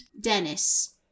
Dennis